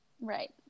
right